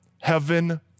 heaven